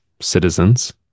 citizens